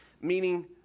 meaning